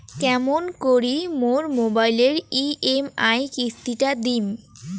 কেমন করি মোর মোবাইলের ই.এম.আই কিস্তি টা দিম?